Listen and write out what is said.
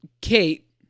kate